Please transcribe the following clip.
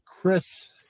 Chris